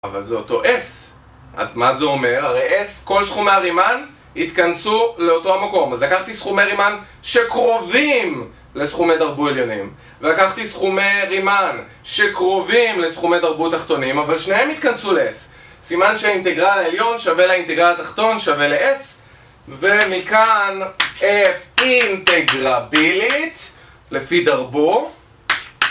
אבל זה אותו s, אז מה זה אומר? הרי s, כל סכומי הרימן התכנסו לאותו המקום אז לקחתי סכומי רימן שקרובים לסכומי דרבו עליונים והקחתי סכומי רימן שקרובים לסכומי דרבו תחתונים, אבל שניהם התכנסו ל-s סימן שהאינטגרל העליון שווה לאינטגרל התחתון שווה ל-s ומכאן f אינטגרבילית לפי דרבו